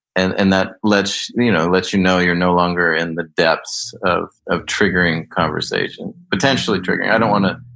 and and that lets you know lets you know you're no longer in the depths of of triggering conversation. potentially triggering. i don't want to,